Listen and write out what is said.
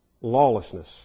lawlessness